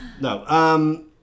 No